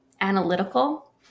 analytical